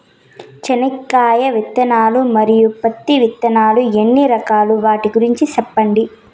చెనక్కాయ విత్తనాలు, మరియు పత్తి విత్తనాలు ఎన్ని రకాలు వాటి గురించి సెప్పండి?